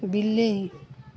ବିଲେଇ